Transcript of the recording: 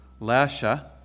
Lasha